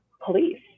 police